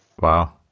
Wow